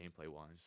gameplay-wise